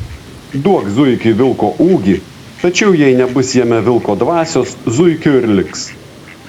duok zuikiui vilko ūgį tačiau jai nebus jame vilko dvasios zuikiu ir liks